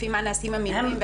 לפי מה נעשים המינויים,